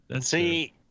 See